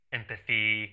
empathy